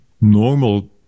normal